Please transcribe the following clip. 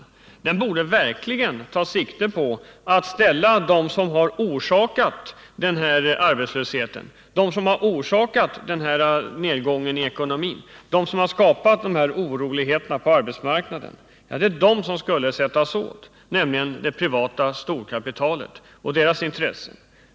Arbetsmarknadspolitiken borde verkligen ta sikte på att ställa dem till ansvar som orsakat arbetslösheten och nedgången i ekonomin och som skapat oroligheterna på arbetsmarknaden. Det är de som orsakat allt detta som skall sättas åt, nämligen de som representerar det privata storkapitalet och dess intressen.